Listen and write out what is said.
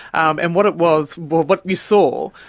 and what it was, well what you saw,